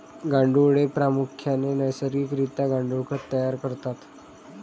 गांडुळे प्रामुख्याने नैसर्गिक रित्या गांडुळ खत तयार करतात